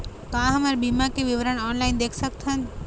का हमर बीमा के विवरण ऑनलाइन देख सकथन?